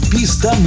Pista